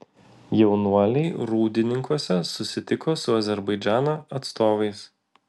jaunuoliai rūdninkuose susitiko su azerbaidžano atstovais